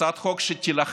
הצעת חוק שתילחם